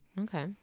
Okay